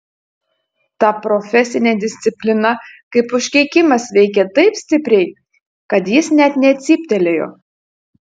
ta profesinė disciplina kaip užkeikimas veikė taip stipriai kad jis net necyptelėjo